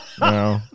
no